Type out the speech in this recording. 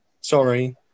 Sorry